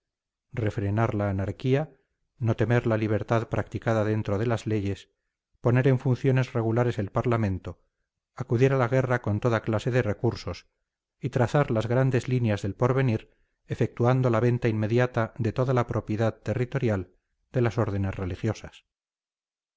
refrenar la anarquía no temer la libertad practicada dentro de las leyes poner en funciones regulares el parlamento acudir a la guerra con toda clase de recursos y trazar las grandes líneas del porvenir efectuando la venta inmediata de toda la propiedad territorial de las órdenes religiosas